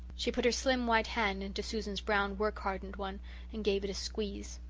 she put her slim white hand into susan's brown, work-hardened one and gave it a squeeze.